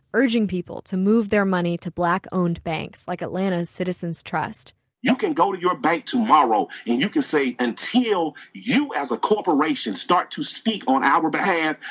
urging people to move their money to black-owned banks like atlanta's citizen's trust bank you can go to your bank tomorrow, and you can say, until you, as a corporation, start to speak on our behalf,